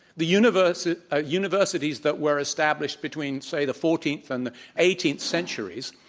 the universities ah universities that were established between, say, the fourteenth and the eighteenth centuries,